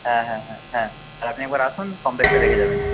হ্যাঁ হ্যাঁ হ্যাঁ হ্যাঁ আপনি একবার আসুন কমপ্লেক্সটা দেখে যাবেন